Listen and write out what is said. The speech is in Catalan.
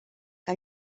que